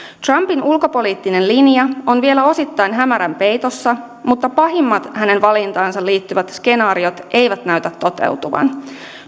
trumpin ulkopoliittinen linja on vielä osittain hämärän peitossa mutta pahimmat hänen valintaansa liittyvät skenaariot eivät näytä toteutuvan